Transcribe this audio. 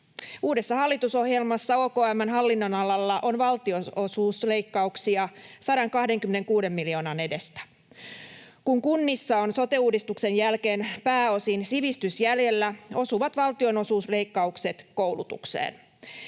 Uudessa hallitusohjelmassa OKM:n hallinnonalalla on valtionosuusleikkauksia 126 miljoonan edestä. Kun kunnissa on sote-uudistuksen jälkeen pääosin sivistys jäljellä, osuvat valtionosuusleikkaukset koulutukseen.